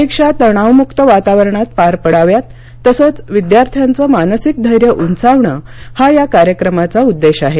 परीक्षा तणावमुक्त वातावरणात पार पडाव्यात तसंच विद्यार्थ्यांचं मानसिक धैर्य उंचावणं हा या कार्यक्रमाचा उद्येश आहे